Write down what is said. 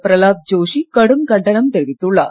பிரலாத் ஜோஷி கடும் கண்டனம் தெரிவித்துள்ளார்